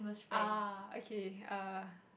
ah okay err